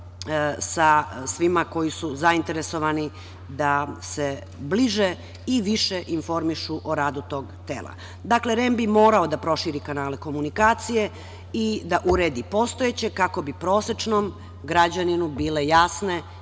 sa svima koji su zainteresovani da se bliže i više informišu o radu tog tela. Dakle, REM bi morao da proširi kanale komunikacije i da uredi postojeće kako bi prosečnom građaninu bile jasne